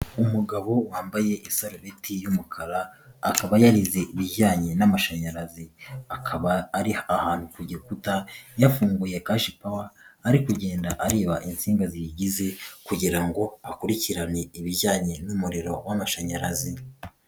Umugabo wambaye isarubeti y'umukara, akaba yarize ibijyanye n'amashanyarazi, akaba ari ahantu ku gikuta yafunguye kashi pawa ari kugenda areba insinga ziyigize kugira ngo akurikirane ibijyanye n'umuriro w'amashanyarazi.